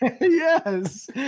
Yes